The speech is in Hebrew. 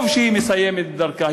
טוב שהיא מסיימת את דרכה,